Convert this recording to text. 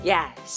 Yes